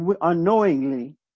unknowingly